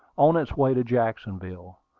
on its way to jacksonville.